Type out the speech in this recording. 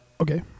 Okay